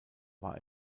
war